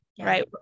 right